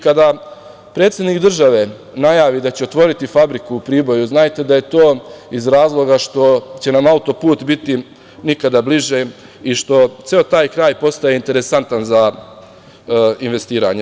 Kada predsednik države najavi da će otvoriti fabriku u Priboju, znajte da je to iz razloga što će nam auto put biti nikada bliže i što ceo taj kraj postaje interesantan za investiranje.